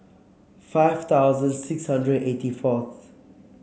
five thousand six hundred eighty fourth